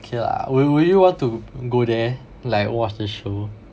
okay lah wi~ will you want to go there like watch the show